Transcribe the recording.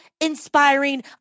inspiring